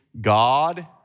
God